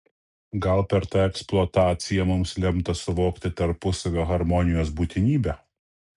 gal per tą eksploataciją mums lemta suvokti tarpusavio harmonijos būtinybę